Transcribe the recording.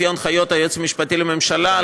לפי הנחיות היועץ המשפטי לממשלה,